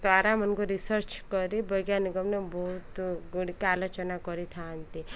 ତାରାମାନଙ୍କୁ research କରି ବୈଜ୍ଞାନିକ ବହୁତଗୁଡ଼ିକ ଆଲୋଚନା କରିଥାନ୍ତି